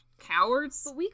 cowards